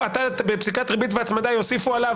בפסיקת ריבית והצמדה יוסיפו עליו,